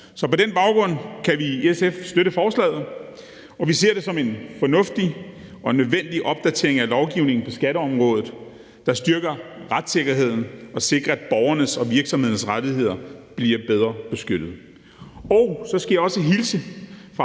på den baggrund kan vi i SF støtte forslaget, og vi ser det som en fornuftig og nødvendig opdatering af lovgivningen på skatteområdet, der styrker retssikkerheden og sikrer, at borgernes og virksomhedernes rettigheder bliver bedre beskyttet. Så skal jeg også hilse fra